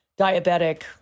diabetic